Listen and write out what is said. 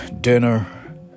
dinner